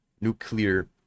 nuclear